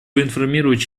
проинформировать